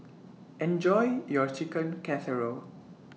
Enjoy your Chicken Casserole